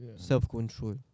Self-control